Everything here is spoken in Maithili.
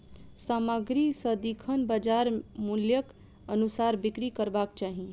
सामग्री सदिखन बजार मूल्यक अनुसार बिक्री करबाक चाही